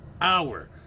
hour